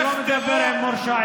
אני לא מדבר עם מורשעים.